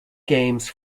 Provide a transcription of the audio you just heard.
games